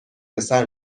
پسر